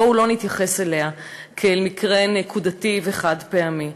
בואו לא נתייחס אליה כאל מקרה נקודתי וחד-פעמי.